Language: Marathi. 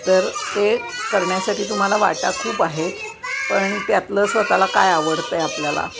तर ते करण्यासाठी तुम्हाला वाटा खूप आहेत पण त्यातलं स्वतःला काय आवडतं आहे आपल्याला